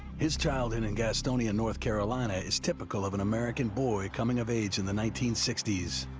his childhood in gastonia, north carolina, is typical of an american boy coming of age in the nineteen sixty